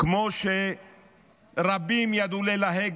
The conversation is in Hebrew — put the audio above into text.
כמו שרבים ידעו ללהג,